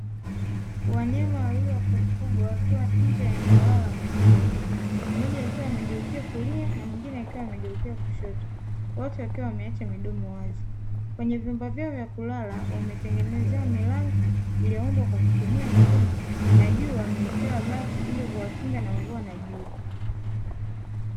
Wanyama wawili wa kufugwa wakiwa nje ya eneo lao la makazi, mmoja akiwa amegeukia kulia na mwingine akiwa amegeukia kushoto, wote wakiwa wameacha midomo wazi. Kwenye vyumba vyao vya kulala, wametengenezewa milango iliyoundwa kwa kutumia chuma na juu wamewekewa bati ili kuwakinga na jua na mvua.